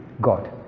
God